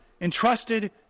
entrusted